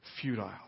futile